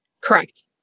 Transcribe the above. Correct